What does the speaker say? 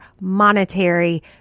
monetary